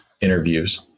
interviews